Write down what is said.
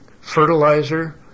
fertilizer